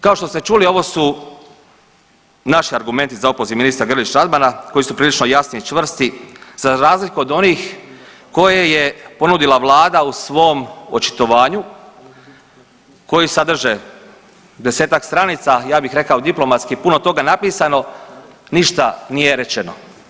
Kao što ste čuli ovo su naši argumenti za opoziv ministra Grlić Radmana koji su prilično jasni i čvrsti za razliku od onih koje je ponudila vlada u svom očitovanju koji sadrže desetak stranica, ja bih rekao diplomatski puno toga napisano, ništa nije rečeno.